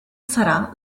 sarà